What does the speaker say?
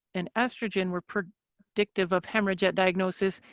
and estrogen were predictive of hemorrhage at diagnosis.